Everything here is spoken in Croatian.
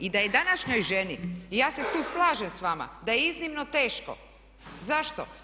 I da je današnjoj ženi, i ja se tu slažem s vama, da je iznimno teško, zašto?